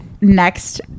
next